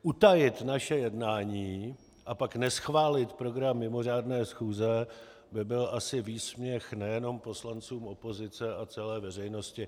Utajit naše jednání, a pak neschválit program mimořádné schůze by byl asi výsměch nejenom poslancům opozice a celé veřejnosti.